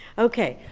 okay,